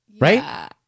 Right